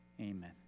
amen